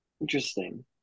Interesting